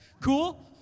Cool